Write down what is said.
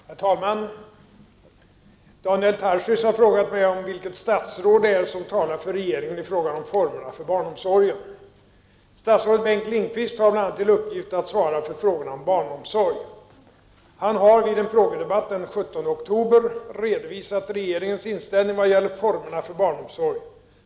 Herr talman! Daniel Tarschys har frågat mig om vilket statsråd det är som talar för regeringen i frågan om formerna för barnomsorgen. Statsrådet Bengt Lindqvist har bl.a. till uppgift att svara för frågorna om barnomsorg. Han har, vid en frågedebatt den 17 oktober, redovisat regeringens inställning i vad gäller formerna för barnomsorg.